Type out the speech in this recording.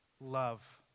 Love